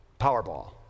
Powerball